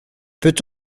peut